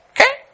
Okay